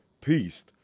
Peace